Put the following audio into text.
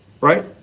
Right